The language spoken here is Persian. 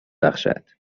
بخشد